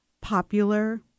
popular